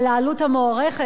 על העלות המוערכת,